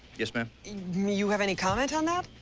yes, ma'am. you have any comment on that?